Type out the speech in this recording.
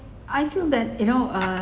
I feel that you know uh